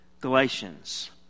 Galatians